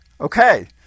Okay